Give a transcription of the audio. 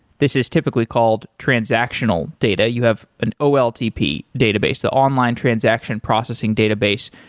this is typically called transactional data. you have an oltp database the online transaction processing database,